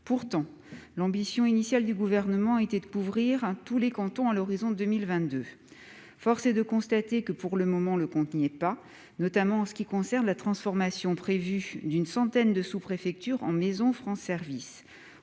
Pourtant, l'ambition initiale du Gouvernement était de couvrir tous les cantons à l'horizon de 2022. Force est de constater que pour le moment le compte n'y est pas, en ce qui concerne notamment la transformation prévue d'une centaine de sous-préfectures en maisons France Services.